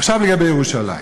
עכשיו לגבי ירושלים.